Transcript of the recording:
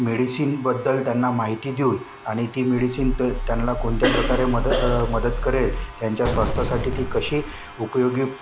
मेडिसिनबद्दल त्यांना माहिती देऊन आणि ती मेडिसिन तर त्यांना कोणत्या प्रकारे मद मदत करेल त्यांच्या स्वास्थ्यासाठी ती कशी उपयोगी